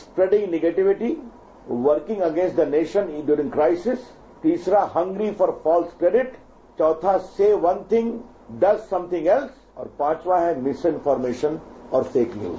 spreading negativity working against the nation during crisis तीसरा hungry for false credit चौथा say one thing does something else और पांचवा है misinformation और fake news